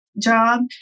job